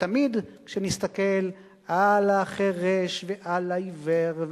ותמיד כשנסתכל על החירש ועל העיוור,